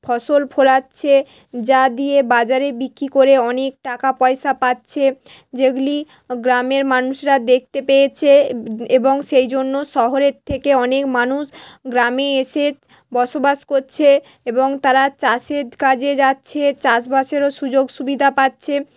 ফসল ফলাচ্ছে যা দিয়ে বাজারে বিক্রি করে অনেক টাকা পয়সা পাচ্ছে যেগুলি গ্রামের মানুষরা দেখতে পেয়েছে এবং সেই জন্য শহরের থেকে অনেক মানুষ গ্রামে এসে বসবাস করছে এবং তারা চাষের কাজে যাচ্ছে চাষবাসেরও সুযোগ সুবিধা পাচ্ছে